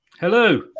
Hello